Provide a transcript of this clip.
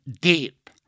deep